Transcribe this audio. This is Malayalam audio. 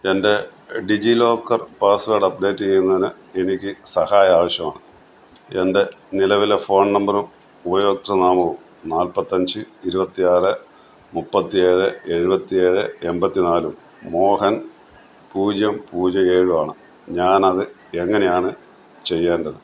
എൻ്റെ DigiLocker password update ചെയ്യുന്നതിന് എനിക്ക് സഹായാവശ്യമാണ് എന്റെ നിലവിലെ ഫോൺ നമ്പറും ഉപഭോക്തൃ നാമവും നാല്പ്പത്തഞ്ച് ഇരുപത്തിയാറ് മുപ്പത്തി ഏഴ് എഴുപത്തി ഏഴ് എൺപത്തിനാലും മോഹൻ പൂജ്യം പൂജ്യം ഏഴുമാണ് ഞാനത് എങ്ങനെയാണ് ചെയ്യേണ്ടത്